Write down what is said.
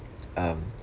um